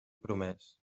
promès